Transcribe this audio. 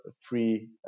free